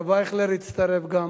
הרב אייכלר הצטרף גם,